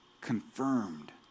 confirmed